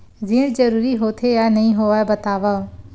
ऋण जरूरी होथे या नहीं होवाए बतावव?